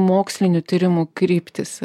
mokslinių tyrimų kryptys